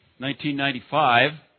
1995